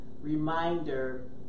reminder